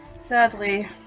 Sadly